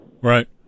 Right